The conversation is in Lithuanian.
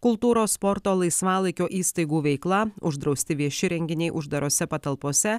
kultūros sporto laisvalaikio įstaigų veikla uždrausti vieši renginiai uždarose patalpose